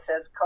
says